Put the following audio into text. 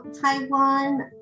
Taiwan